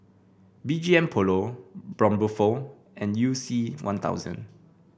B G M Polo Braun Buffel and You C One Thousand